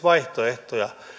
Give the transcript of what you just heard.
vaihtoehtoja